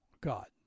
God